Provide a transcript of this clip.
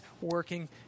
working